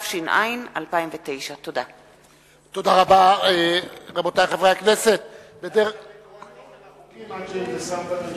אולי אפשר לקרוא את תוכן החוקים עד ששר בממשלה,